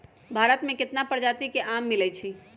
भारत मे केत्ता परजाति के आम मिलई छई